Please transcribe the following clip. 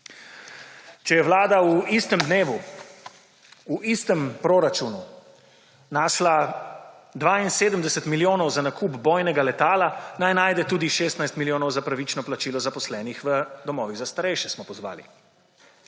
Če je vlada v istem dnevu v istem proračunu našla 72 milijonov za nakup bojnega letala naj najde tudi 16 milijonov za pravično plačilo zaposlenih v domovih za starejše smo pozvali.